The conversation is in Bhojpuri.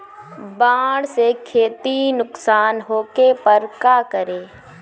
बाढ़ से खेती नुकसान होखे पर का करे?